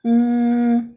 mm